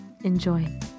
Enjoy